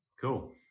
Cool